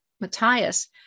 Matthias